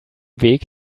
weg